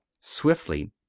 swiftly